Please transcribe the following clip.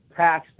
tax